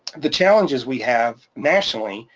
the challenges we have nationally,